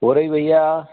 हो रही भैया